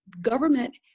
government